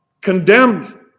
condemned